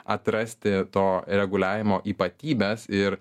atrasti to reguliavimo ypatybes ir